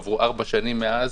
עברו ארבע שנים מאז,